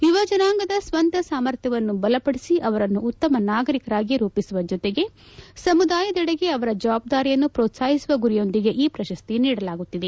ಯುವ ಜನಾಂಗದ ಸ್ನಂತ ಸಾಮರ್ಥ್ಯವನ್ನು ಬಲಪಡಿಸಿ ಅವರನ್ನು ಉತ್ತಮ ನಾಗರಿಕರಾಗಿ ರೂಪಿಸುವ ಜತೆಗೆ ಸಮುದಾಯದೆಡೆಗೆ ಅವರ ಜವಾಬ್ದಾರಿಯನ್ನು ಪ್ರೋತ್ಲಾಹಿಸುವ ಗುರಿಯೊಂದಿಗೆ ಈ ಪ್ರಶಸ್ತಿ ನೀಡಲಾಗುತ್ತಿದೆ